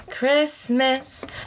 Christmas